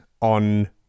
on